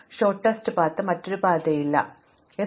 ഹ്രസ്വമായ മറ്റൊരു പാതയില്ല മറ്റൊരു ഹ്രസ്വ പാതയുണ്ടെന്ന് കരുതുക